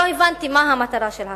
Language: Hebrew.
לא הבנתי מה המטרה של החוק,